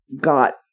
got